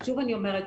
שוב אני אומרת.